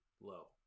low